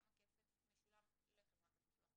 כמה כסף משולם לחברת הביטוח,